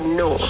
no